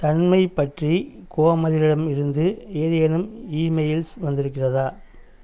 தன்மெய் பற்றி கோமதியிடம் இருந்து ஏதேனும் இமெயில்ஸ் வந்திருக்கிறதா